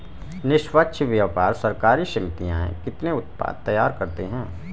निष्पक्ष व्यापार सहकारी समितियां कितने उत्पाद तैयार करती हैं?